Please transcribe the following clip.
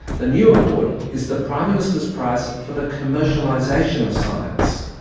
the new award is the prime minister's prize for the commercialisation of science.